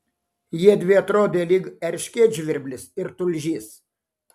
jiedvi atrodė lyg erškėtžvirblis ir tulžys